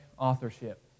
authorship